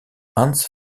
hans